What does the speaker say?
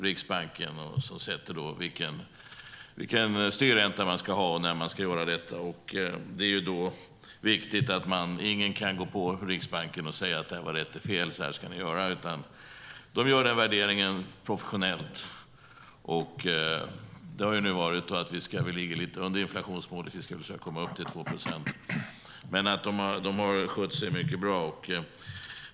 Riksbanken sätter den styrränta man ska ha och bestämmer när man ska göra det. Det är viktigt att ingen kan gå på Riksbanken och säga att det var rätt eller fel eller hur den ska göra. De gör den värderingen professionellt. Vi ligger nu lite under inflationsmålet, och vi ska försöka komma upp till 2 procent. De har dock skött sig mycket bra.